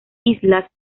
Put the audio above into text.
islas